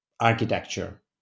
architecture